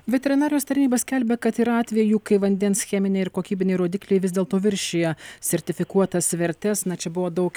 veterinarijos tarnyba skelbia kad yra atvejų kai vandens cheminiai ir kokybiniai rodikliai vis dėlto viršija sertifikuotas vertes na čia buvo daug